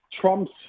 Trump's